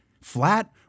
flat